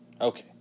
Okay